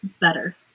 better